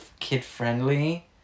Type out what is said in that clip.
kid-friendly